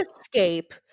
escape